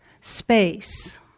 space